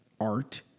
Art